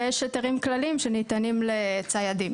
ויש היתרים כלליים שניתנים לציידים.